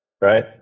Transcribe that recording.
right